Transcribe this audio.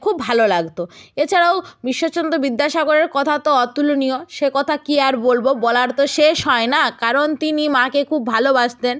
খুব ভালো লাগতো এছাড়াও ঈশ্বরচন্দ্র বিদ্যাসাগরের কথা তো অতুলনীয় সে কথা কি আর বলবো বলার তো শেষ হয় না কারণ তিনি মাকে খুব ভালোবাসতেন